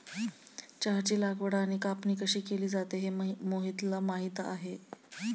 चहाची लागवड आणि कापणी कशी केली जाते हे मोहितला माहित आहे